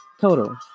total